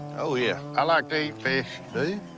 oh, yeah. i like to eat fish.